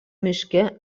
miške